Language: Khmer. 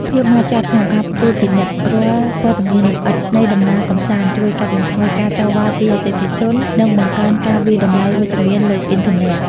ភាពហ្មត់ចត់ក្នុងការត្រួតពិនិត្យរាល់ព័ត៌មានលម្អិតនៃដំណើរកម្សាន្ត ជួយកាត់បន្ថយការតវ៉ាពីអតិថិជន និងបង្កើនការវាយតម្លៃវិជ្ជមានលើអ៊ីនធឺណិត។